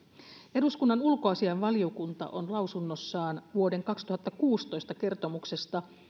eduskunnan ulkoasiainvaliokunta on lausunnossaan vuoden kaksituhattakuusitoista kertomuksesta